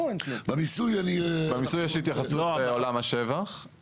במיסוי שי התייחסות בעולם השבח.